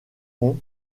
pons